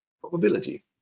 probability